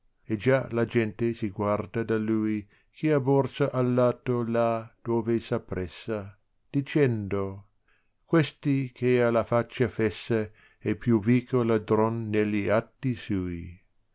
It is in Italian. e già la gente si guarda da lui chi ha borsa al lato là dove s appressa dicendo questi che ha la faccia fessa è piuvico ladron negli atti sui